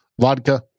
Vodka